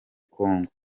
kongo